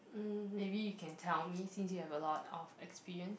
mm maybe you can tell me since you have a lot of experience